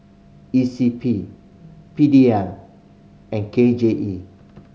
E C P P D L and K J E